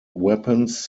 weapons